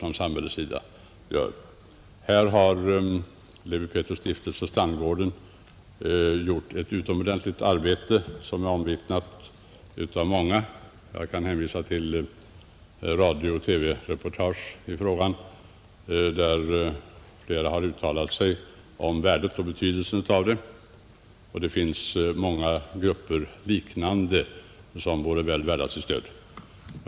Här har Lewi Pethrus” stiftelse Strandgården gjort ett utomordentligt arbete, som är omvittnat av många. Jag kan hänvisa till radiooch TV-reportage, där flera har uttalat sig om värdet och betydelsen av detta arbete. Det finns många liknande grupper som vore väl värda ett stöd.